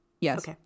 Yes